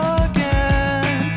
again